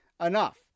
enough